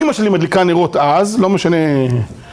אמא שלי מדליקה נרות אז, לא משנה...